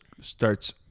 starts